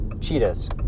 cheetahs